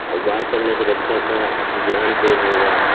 اخبار پڑھنے سے بچہ کا ذہن تیز ہوگا